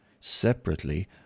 Separately